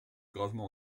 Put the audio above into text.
gravement